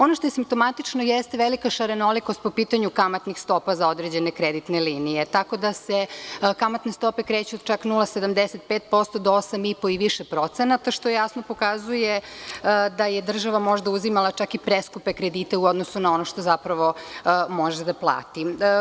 Ono što je simptomatično jeste velika šarenolikost po pitanju kamatnih stopa za određene kreditne linije, tako da se kreću od čak 0,75% do 8,5% i više, što jasno pokazuje da je država možda uzimala čak i preskupe kredite u odnosu na ono što zapravo može da plati.